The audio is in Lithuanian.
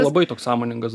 labai toks sąmoningas